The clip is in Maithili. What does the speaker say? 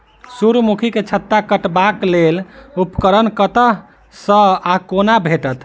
सूर्यमुखी केँ छत्ता काटबाक लेल उपकरण कतह सऽ आ कोना भेटत?